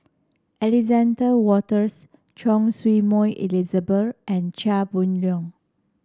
Alexander Wolters Choy Su Moi Elizabeth and Chia Boon Leong